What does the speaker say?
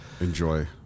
enjoy